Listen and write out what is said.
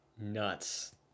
nuts